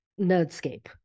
nerdscape